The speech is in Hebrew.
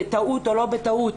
בטעות או שלא בטעות,